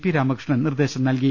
P Ramakrishnan നിർദ്ദേശം നൽകി